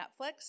Netflix